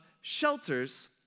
shelters